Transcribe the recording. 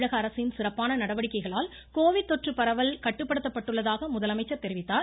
தமிழக அரசின் சிறப்பான நடவடிக்கைகளால் கோவிட் தொற்று பரவல் கட்டுப்படுத்தப்பட்டுள்ளதாக முதலமைச்சர் தெரிவித்துள்ளார்